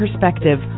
perspective